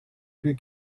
two